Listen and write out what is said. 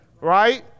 Right